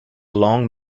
long